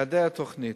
יעדי התוכנית: